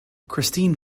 christine